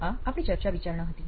તો આ આપણી ચર્ચા વિચારણા હતી